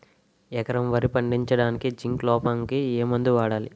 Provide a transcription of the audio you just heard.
ఎకరం వరి పండించటానికి జింక్ లోపంకి ఏ మందు వాడాలి?